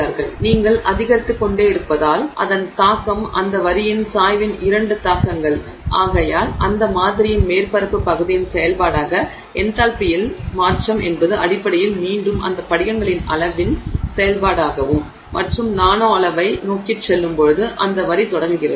எனவே நீங்கள் அதிகரித்துக்கொண்டே இருப்பதால் அதன் தாக்கம் அந்த வரியின் சாய்வின் இரண்டு தாக்கங்கள் ஆகையால் அந்த மாதிரியின் மேற்பரப்புப் பகுதியின் செயல்பாடாக என்தால்பியில் மாற்றம் என்பது அடிப்படையில் மீண்டும் அந்த படிகங்களின் அளவின் செயல்பாடாகவும் மற்றும் நானோ அளவை நோக்கிச் செல்லும்போது அந்த வரி தொடர்கிறது